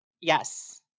Yes